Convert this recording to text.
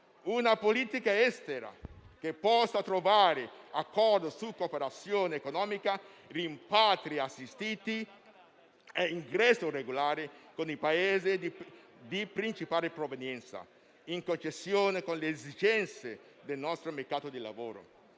una politica estera che possa trovare accordi su cooperazione economica, rimpatri assistiti e ingresso regolare con i Paesi di principale provenienza, in connessione con le esigenze del nostro mercato del lavoro;